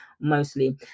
mostly